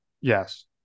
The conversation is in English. Yes